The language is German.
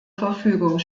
verfügung